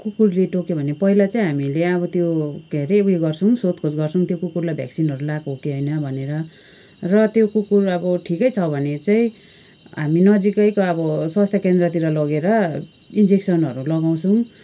कुकुरले टोक्यो भने पहिला चाहिँ हामीहरूले अब त्यो के अरे रिभ्यु गर्छौँ सोधपुछ गर्छौँ त्यो कुकुरलाई भ्याक्सिनहरू लाएको हो कि होइन भनेर र त्यो कुकुर अब ठिकै छ भने चाहिँ हामी नजिकैको अब स्वास्थ्य केन्द्रतिर लगेर इन्जेक्सनहरू लगाउँछौँ